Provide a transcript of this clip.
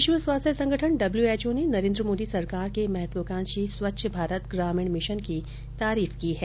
विश्व स्वास्थ्य संगठन डब्ल्यूएचओ ने नरेन्द्र मोदी सरकार के महत्वाकांक्षी स्वच्छ भारत ग्रामीण मिशन की तारीफ की है